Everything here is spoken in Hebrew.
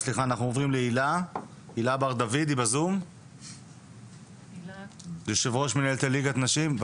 הילה בר דוד, יו"ר מינהלת ליגת העל לנשים בכדורסל,